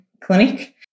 clinic